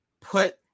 put